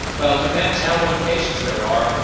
well, it depends how many cases there are.